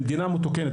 במדינה מתוקנת,